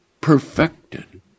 perfected